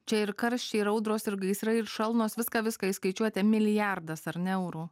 čia ir karščiai ir audros ir gaisrai ir šalnos viską viską įskaičiuojate milijardas ar ne eurų